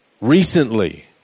recently